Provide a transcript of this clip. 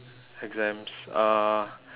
exams uh